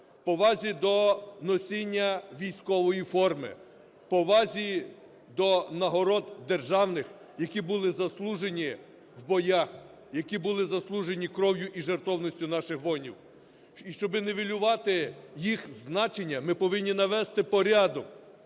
повазі до носіння військової форми, в повазі до нагород державних, які були заслужені в боях, які були заслужені кров'ю і жертовністю наших воїнів. І щоб не нівелювати їх значення, ми повинні навести порядок